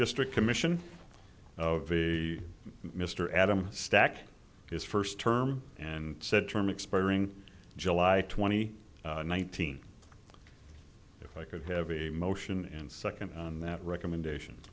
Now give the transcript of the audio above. district commission of a mr adams stack his first term and said term expiring july twenty ninth if i could have a motion in second on that recommendation